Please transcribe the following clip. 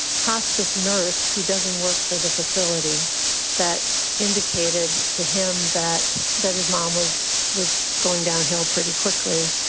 hospice nurse who doesn't work for the facility that indicated to him that that his mom was was going downhill pretty quickly.